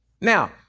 Now